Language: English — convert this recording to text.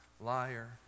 liar